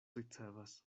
ricevas